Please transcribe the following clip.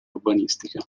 urbanistica